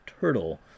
turtle